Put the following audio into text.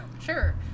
Sure